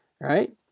right